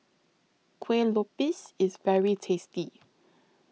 Kuih Lopes IS very tasty